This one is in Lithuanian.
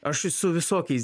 aš su visokiais